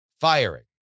firing